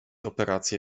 operację